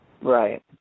Right